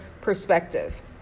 perspective